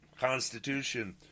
Constitution